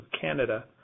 Canada